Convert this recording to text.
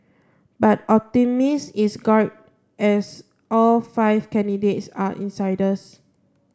but is guarded as all five candidates are insiders